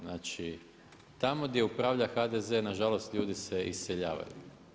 Znači, tamo gdje upravlja HDZ nažalost ljudi se iseljavaju.